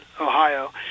Ohio